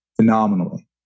phenomenally